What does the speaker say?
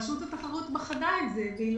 היא בחנה את זה.